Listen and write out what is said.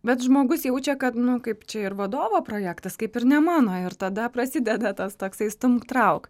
bet žmogus jaučia kad nu kaip čia ir vadovo projektas kaip ir ne mano ir tada prasideda tas toksai stumk trauk